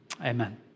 Amen